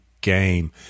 game